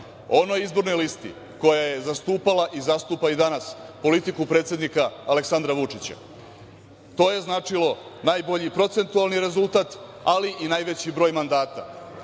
Onoj izbornoj listi koja je zastupala i zastupa i danas politiku predsednika Aleksandar Vučića. To je značilo najbolji procentualni rezultat, ali i najveći broj mandata